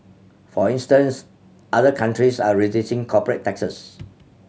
for instance other countries are reducing corporate taxes